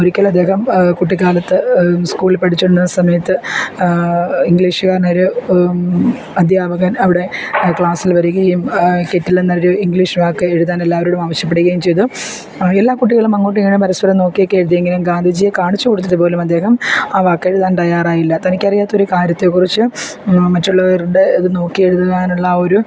ഒരിക്കൽ അദ്ദേഹം കുട്ടിക്കാലത്ത് സ്കൂളിൽ പഠിച്ചു കൊണ്ടിരുന്ന സമയത്ത് ഇംഗ്ലീഷ്കാരൻ ഒരു അധ്യാപകൻ അവിടെ ക്ലാസ്സിൽ വരികയും കെറ്റിലെൽ എന്നൊരു ഇംഗ്ലീഷ് വാക്ക് എഴുതാൻ എല്ലാവരോടും ആവശ്യപ്പെടുകയും ചെയ്തു എല്ലാ കുട്ടികളും അങ്ങോട്ടും ഇങ്ങോട്ടും പരസ്പരം നോക്കിയൊക്കെ എഴുതി എങ്കിലും ഗാന്ധിജിയെ കാണിച്ചു കൊടുത്തിട്ടു പോലും അദ്ദേഹം ആ വാക്ക് എഴുതാൻ തയ്യാറായില്ല തനിക്കറിയാത്ത ഒരു കാര്യത്തെ കുറിച്ച് മറ്റുള്ളവരുടെ ഇത് നോക്കി എഴുതുവാനുള്ള ആ ഒരു